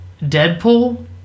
Deadpool